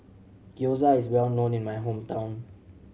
Gyoza is well known in my hometown